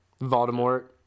Voldemort